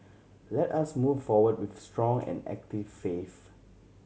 let us move forward with strong and active faith